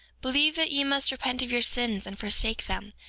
believe that ye must repent of your sins and forsake them,